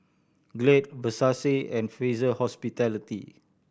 Glade Versace and Fraser Hospitality